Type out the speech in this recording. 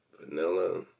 vanilla